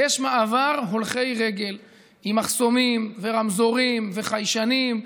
יש מעבר הולכי רגל עם מחסומים ורמזורים וחיישנים,